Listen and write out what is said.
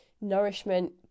nourishment